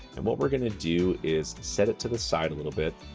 and what we're gonna do is set it to the side a little bit.